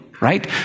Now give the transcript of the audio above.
right